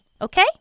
Okay